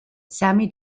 sammy